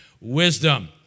wisdom